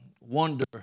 wonder